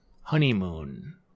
honeymoon